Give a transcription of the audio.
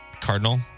Cardinal